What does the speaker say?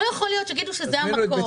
לא יכול להיות שיגידו שזה המקור.